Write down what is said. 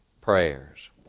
prayers